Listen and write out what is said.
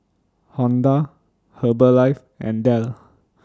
Honda Herbalife and Dell